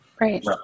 right